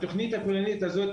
התכנית הכוללנית הזו,